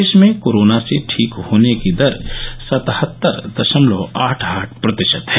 देश में कोरोना से ठीक होने की दर सतहत्तर दशमलव आठ आठ प्रतिशत है